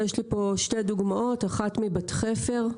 יש לי פה שתי דוגמאות: היישוב בת חפר,